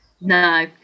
No